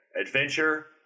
Adventure